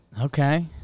Okay